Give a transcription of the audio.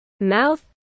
mouth